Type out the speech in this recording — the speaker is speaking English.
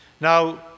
Now